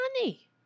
money